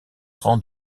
rangs